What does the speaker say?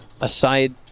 aside